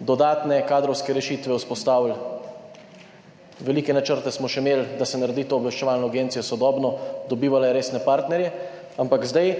dodatne kadrovske rešitve vzpostavili, velike načrte smo še imeli, da se naredi to obveščevalno agencijo sodobno, dobivala je resne partnerje, ampak zdaj